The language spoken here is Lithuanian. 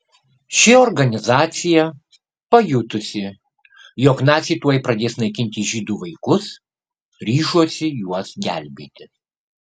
ši organizacija pajutusi jog naciai tuoj pradės naikinti žydų vaikus ryžosi juos gelbėti